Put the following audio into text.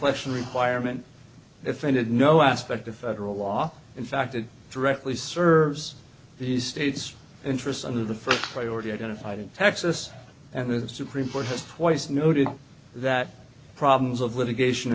question requirement if it had no aspect of federal law in fact it directly serves the state's interest under the first priority identified in texas and the supreme court has twice noted that problems of litigation